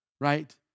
right